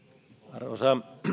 arvoisa